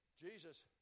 Jesus